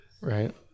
right